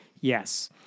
Yes